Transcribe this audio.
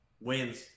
Wins